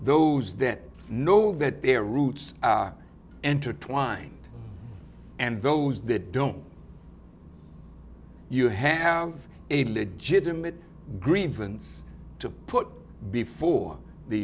those that know that their roots are entered twined and those that don't you have a legitimate grievance to put before the